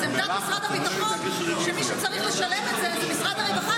אז עמדת משרד הביטחון היא שמי שצריך לשלם את זה הוא משרד הרווחה,